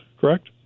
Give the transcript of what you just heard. correct